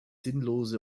sinnlose